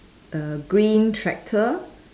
a green tractor